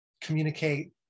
communicate